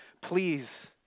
please